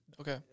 Okay